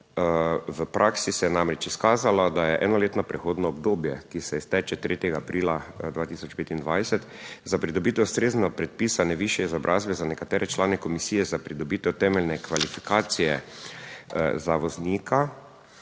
V praksi se je namreč izkazalo, da je enoletno prehodno obdobje, ki se izteče 3. aprila 2025, za pridobitev ustrezno predpisane višje izobrazbe za nekatere člane komisije za pridobitev temeljne kvalifikacij za voznika